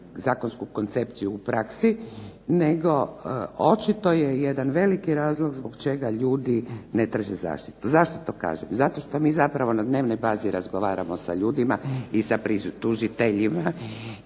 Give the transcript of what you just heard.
zakonsku koncepciju u praksi, nego očito je dobar razlog zašto ljudi ne traže zaštitu. Zašto to kažem? Zato što mi na dnevnoj bazi razgovaramo sa ljudima i tužiteljima